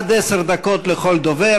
עד עשר דקות לכל דובר,